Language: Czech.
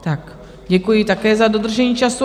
Tak děkuji také za dodržení času.